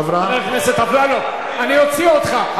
חבר הכנסת אפללו, אני אוציא אותך.